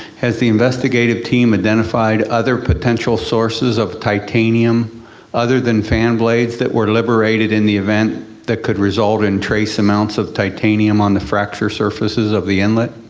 has the investigative team identified other potential sources of titanium other than fan blades that were liberated in the event that could result in trace amounts of titanium on the fracture surfaces of the inlet?